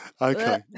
Okay